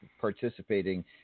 participating